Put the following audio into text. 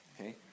okay